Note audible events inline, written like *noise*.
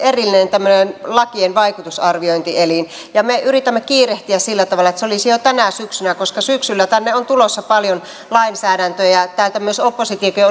tämmöinen erillinen lakien vaikutusarviointielin ja me yritämme kiirehtiä sillä tavalla että se olisi jo tänä syksynä koska syksyllä tänne on tulossa paljon lainsäädäntöä täältä myös oppositio *unintelligible*